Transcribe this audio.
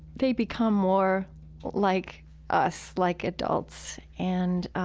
they become more like us, like adults. and